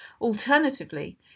Alternatively